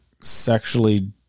sexually